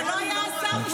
אבל כאילו היה ניסיון,